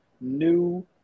new